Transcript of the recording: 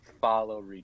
follow